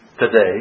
today